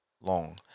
long